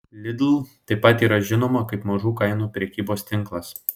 lidl taip pat yra žinoma kaip mažų kainų prekybos tinklas